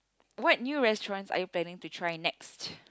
what new restaurants are you planning to try next